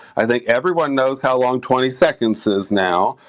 i think everyone knows how long twenty seconds is now.